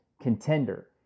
contender